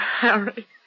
Harry